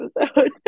episode